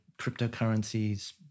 cryptocurrencies